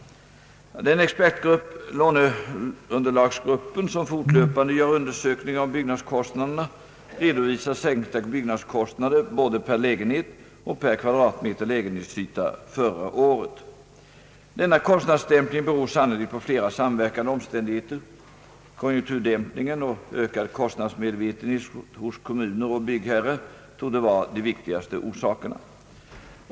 Den expertgrupp, låneunderlagsgruppen, som fortlöpande gör undersökningar om byggnadskostnaderna redovisar sänkta byggnadskostnader både per lägenhet och per kvadratmeter lägenhetsyta förra året. Denna kostnadsdämpning beror sannolikt på flera samverkande omständigheter. Konjunkturdämpningen och ökad kostnadsmedvetenhet hos kommuner och byggherrar torde vara de viktigaste orsakerna.